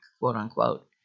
quote-unquote